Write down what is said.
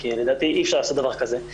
כי לדעתי אי אפשר לעשות דבר כזה.